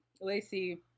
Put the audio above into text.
Lacey